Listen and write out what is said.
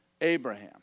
Abraham